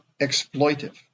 exploitive